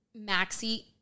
maxi